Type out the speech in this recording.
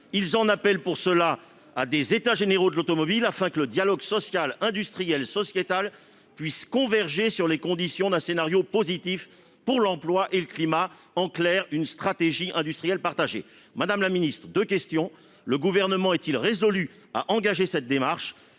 Ils en appellent pour cela à des états généraux de l'automobile, afin que le dialogue social, industriel et sociétal puisse converger sur les conditions d'un scénario positif pour l'emploi et le climat : en clair, une stratégie industrielle partagée. Madame la ministre, j'ai donc deux questions à vous poser. Le Gouvernement est-il résolu à engager cette démarche ?